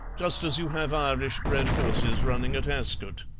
just as you have irish-bred horses running at ascot.